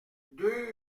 deux